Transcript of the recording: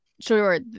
sure